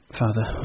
Father